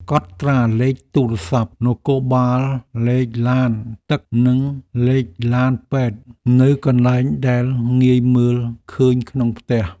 កត់ត្រាលេខទូរស័ព្ទនគរបាលលេខឡានទឹកនិងលេខឡានពេទ្យនៅកន្លែងដែលងាយមើលឃើញក្នុងផ្ទះ។